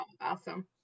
awesome